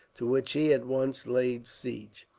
to which he at once laid siege.